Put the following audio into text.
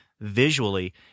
visually